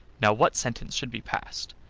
now what sentence should be passed?